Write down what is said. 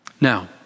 Now